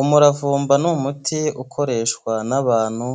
Umuravumba ni umuti ukoreshwa n'abantu